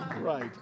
right